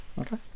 Okay